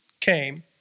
came